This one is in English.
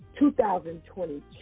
2022